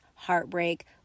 heartbreak